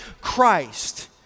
Christ